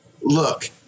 look